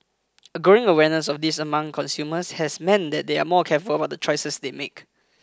a growing awareness of this among consumers has meant they are more careful about the choices they make